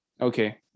Okay